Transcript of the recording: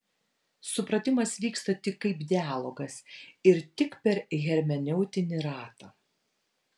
supratimas vyksta tik kaip dialogas ir tik per hermeneutinį ratą